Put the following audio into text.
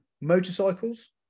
motorcycles